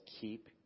keep